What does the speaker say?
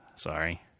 Sorry